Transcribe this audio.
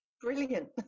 Brilliant